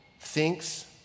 thinks